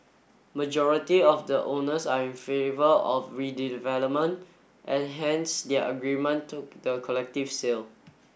majority of the owners are in favour of redevelopment and hence their agreement to the collective sale